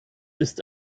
ist